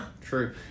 True